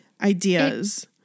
ideas